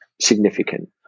significant